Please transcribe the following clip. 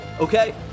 Okay